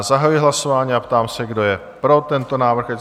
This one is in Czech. Zahajuji hlasování a ptám se, kdo je pro tento návrh?